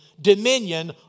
Dominion